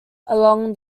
along